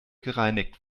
gereinigt